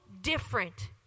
different